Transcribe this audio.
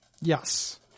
Yes